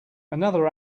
another